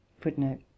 footnote